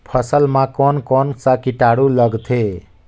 फसल मा कोन कोन सा कीटाणु लगथे?